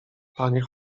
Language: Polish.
panie